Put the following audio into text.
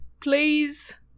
Please